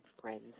friends